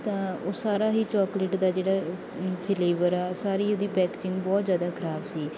ਤਾਂ ਉਹ ਸਾਰਾ ਹੀ ਚੋਕਲੇਟ ਦਾ ਜਿਹੜਾ ਫਲੇਵਰ ਆ ਸਾਰੀ ਉਹਦੀ ਪੈਕੇਜਿੰਗ ਬਹੁਤ ਜ਼ਿਆਦਾ ਖਰਾਬ ਸੀ